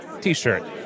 t-shirt